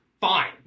fine